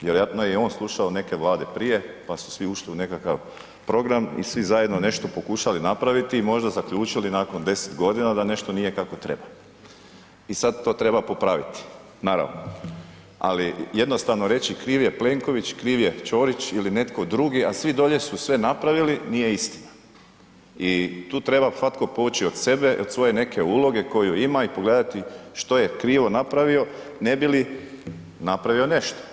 Vjerojatno je i on slušao neke Vlade prije, pa su svi ušli u nekakav program i svi zajedno nešto pokušali napraviti i možda zaključili nakon 10.g. da nešto nije kako treba i sad to treba popraviti, naravno, ali jednostavno reći kriv je Plenković, kriv je Ćorić ili netko drugi, a svi dolje su sve napravili, nije istina i tu treba svatko poći od sebe i od svoje neke uloge koju ima i pogledati što je krivo napravio ne bi li napravio nešto.